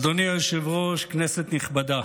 אדוני היושב-ראש, כנסת נכבדה,